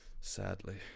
sadly